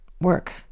work